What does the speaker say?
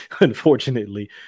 Unfortunately